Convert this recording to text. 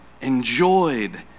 enjoyed